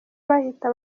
bahita